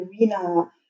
arena